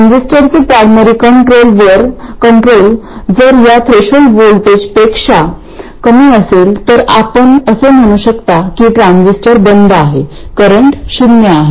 ट्रान्झिस्टरचे primary control जर या थ्रेशोल्ड व्होल्टेजपेक्षा कमी असेल तर आपण असे म्हणू शकता की ट्रांझिस्टर बंद आहे करंट शून्य आहे